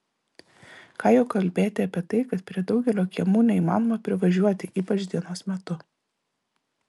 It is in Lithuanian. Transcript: ką jau kalbėti apie tai kad prie daugelio kiemų neįmanoma privažiuoti ypač dienos metu